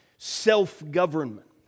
Self-government